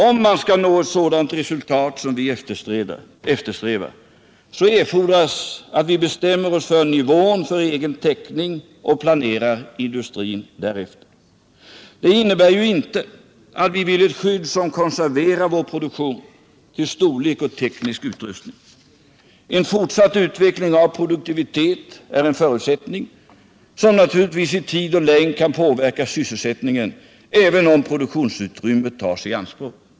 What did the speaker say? Om man skall nå ett sådant resultat som vi eftersträvar erfordras att vi bestämmer oss för nivån för egen täckning och planerar industrin därefter. Fö Det innebär ju inte att vi vill ha ett skydd som konserverar vår produktion till storlek och teknisk utrustning. En fortsatt utveckling av produktiviteten är en förutsättning som naturligtvis i tid och längd kan påverka sysselsättningen även om produktionsutrymmet tas i anspråk.